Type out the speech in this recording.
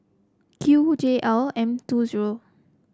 Q J L M two zero